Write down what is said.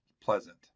pleasant